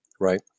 Right